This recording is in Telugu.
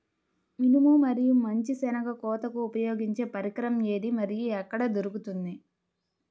మినుము మరియు మంచి శెనగ కోతకు ఉపయోగించే పరికరం ఏది మరియు ఎక్కడ దొరుకుతుంది?